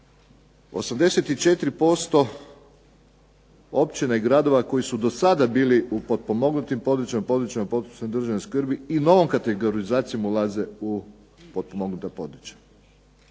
84% općina i gradova koji su do sada bili u potpomognutim područjima, područjima od posebne državne skrbi i novom kategorizacijom ulaze u potpomognuta područja.